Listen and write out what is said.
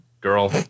girl